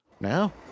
Now